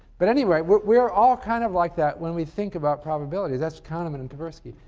but anyway, we're we're all kind of like that when we think about probability that's kahneman and tversky.